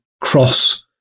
cross